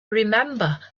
remember